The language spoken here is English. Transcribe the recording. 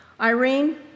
Irene